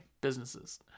businesses